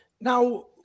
Now